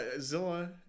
Zilla